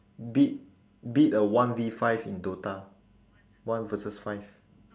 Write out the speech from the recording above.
beat beat a one V five in DOTA one versus five